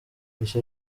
ico